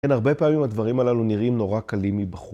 כן, הרבה פעמים הדברים הללו נראים נורא קלים מבחוץ.